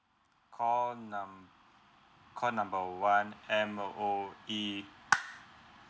call num~ call number one M_O_E